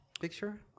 picture